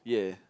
ya